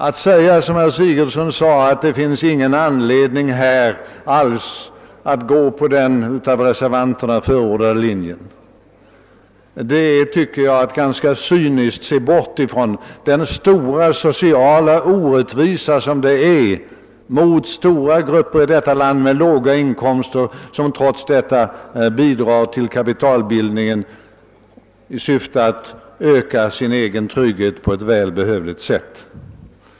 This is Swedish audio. Att såsom herr Fridolfsson i Rödeby gjorde säga att det inte finns någon som helst anledning att följa den av reservanterna förordade linjen innebär att man på ett ganska cyniskt sätt ser bort från den stora sociala orättvisa som dessa betydande grupper i vårt land härigenom utsätts för. Dessa grupper bidrar trots sina låga inkomster till kapitalbildningen genom ett sparande i syfte att på ett välbehövligt sätt öka sin trygghet.